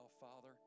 Father